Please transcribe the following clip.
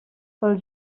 pel